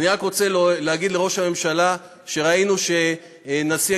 אני רק רוצה להגיד לראש הממשלה שראינו שהנשיא